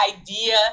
idea